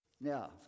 Now